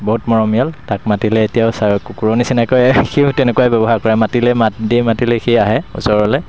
বহুত মৰমীয়াল তাক মাতিলে এতিয়াও ছা কুকুৰৰ নিচিনাকৈয়ে সিও তেনেকৈয়ে ব্যৱহাৰ কৰে মাতিলে মাত দি মাতিলে সি আহে ওচৰলৈ